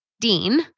Dean